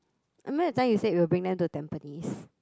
I remember that time you say you'll bring them to Tampines